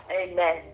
Amen